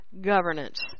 governance